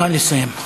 נא לסיים.